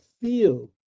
feel